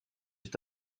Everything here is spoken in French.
est